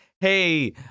hey